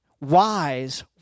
wise